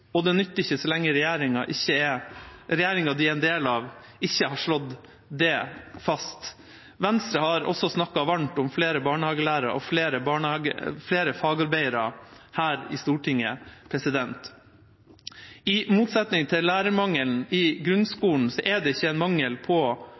og det nytter ikke så lenge regjeringa de er en del av, ikke har slått det fast. Venstre har også snakket varmt her i Stortinget om flere barnehagelærere og flere fagarbeidere. I motsetning til lærermangelen i